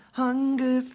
hunger